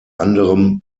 anderem